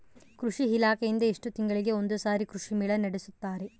ಕೃಷಿ ಇಲಾಖೆಯಿಂದ ಎಷ್ಟು ತಿಂಗಳಿಗೆ ಒಂದುಸಾರಿ ಕೃಷಿ ಮೇಳ ನಡೆಸುತ್ತಾರೆ?